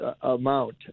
amount